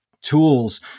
tools